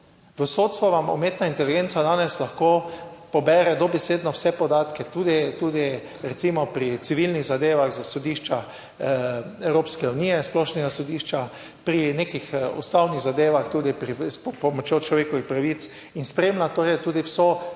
V sodstvu vam umetna inteligenca danes lahko pobere dobesedno vse podatke, tudi recimo pri civilnih zadevah s sodišča Evropske unije, splošnega sodišča, pri nekih ustavnih zadevah, tudi s pomočjo človekovih pravic in spremlja torej tudi vso pravno